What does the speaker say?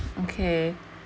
okay